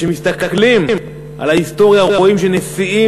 כשמסתכלים על ההיסטוריה רואים שנשיאים